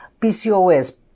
PCOS